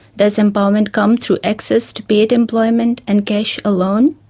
does empowerment come through access to paid employment and cash alone?